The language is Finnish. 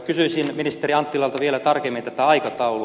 kysyisin ministeri anttilalta vielä tarkemmin tätä aikataulua